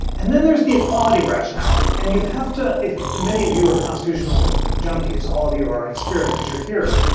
and then there's the equality rationale. and you have to if many of you are constitutional junkies, all of you are in spirit because you're here.